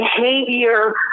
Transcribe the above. behavior